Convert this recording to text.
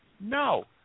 No